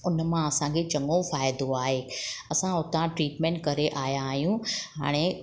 उन मां असांखे चङो फ़ाइदो आहे असां हुतां ट्रीटमेंट करे आया आहियूं हाणे